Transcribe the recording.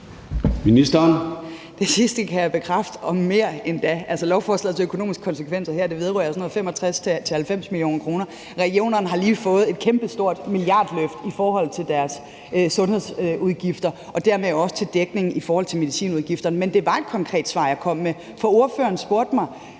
Det sidste kan jeg bekræfte – og mere endda. Lovforslagets økonomiske konsekvenser her vedrører 65-90 mio. kr. Regionerne har lige fået et kæmpestort milliardløft i forhold til deres sundhedsudgifter og dermed også til dækning af medicinudgifterne. Men det var et konkret svar, jeg kom med, for ordføreren spurgte mig: